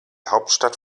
hauptstadt